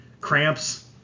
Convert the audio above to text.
Cramps